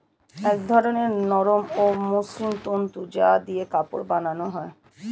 এক ধরনের নরম ও মসৃণ তন্তু যা দিয়ে কাপড় বানানো হয়